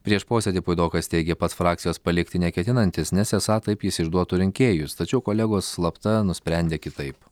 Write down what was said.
prieš posėdį puidokas teigė pats frakcijos palikti neketinantis nes esą taip jis išduotų rinkėjus tačiau kolegos slapta nusprendė kitaip